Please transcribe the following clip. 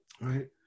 right